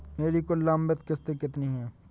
मेरी कुल लंबित किश्तों कितनी हैं?